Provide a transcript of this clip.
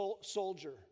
soldier